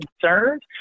concerned